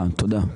נכון.